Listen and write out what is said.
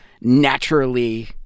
naturally